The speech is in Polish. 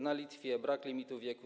Na Litwie brak limitu wieku.